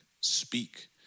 speak